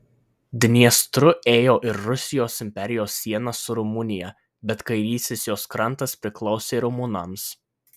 dniestru ėjo ir rusijos imperijos siena su rumunija bet kairysis jos krantas priklausė rumunams